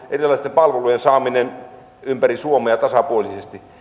erilaisten palvelujen saaminen ympäri suomea tasapuolisesti